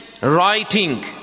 writing